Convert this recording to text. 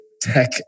tech